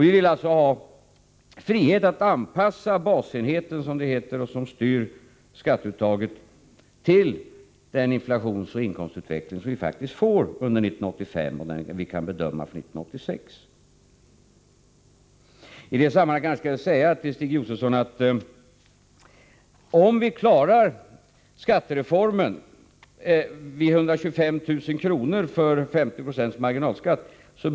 Vi ville alltså ha frihet att anpassa basenheten, som styr skatteuttaget, till den inflationsoch inkomstutveckling som vi faktiskt får under 1985 och som vi kan förutse för 1986. I det sammanhanget kanske jag skall säga till Stig Josefson: Om vi klarar skattereformen med högst 50 26 i marginalskatt för ir xomster upp till 125 000 kr.